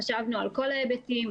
חשבנו על כל ההיבטים,